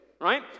Right